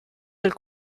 del